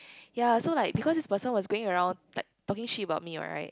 ya so like because this person was going around like talking shit about me right